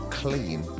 clean